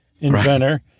inventor